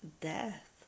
death